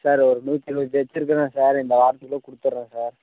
sir ஒரு நூற்றி இருபது தச்சுருக்கிறேன் சார் இந்த வாரத்துகுள்ளே கொடுத்தறேன் சார்